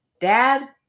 dad